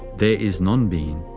there is nonbeing.